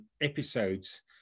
episodes